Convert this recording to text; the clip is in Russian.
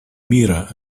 мира